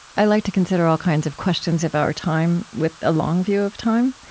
i like to consider all kinds of questions of our time with a long view of time,